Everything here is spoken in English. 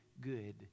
good